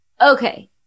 Okay